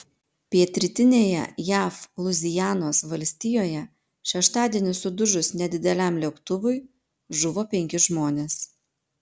pietrytinėje jav luizianos valstijoje šeštadienį sudužus nedideliam lėktuvui žuvo penki žmonės